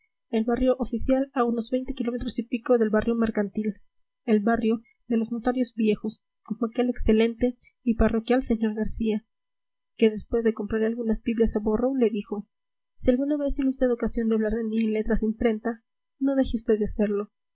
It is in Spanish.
el barrio oficial a unos veinte kilómetros y pico del barrio mercantil el barrio de los notarios viejos como aquel excelente y parroquial señor garcía que después de comprarle algunas biblias a borrow le dijo si alguna vez tiene usted ocasión de hablar de mí en letras de imprenta no deje usted de hacerlo